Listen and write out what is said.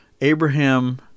Abraham